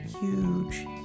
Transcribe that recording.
huge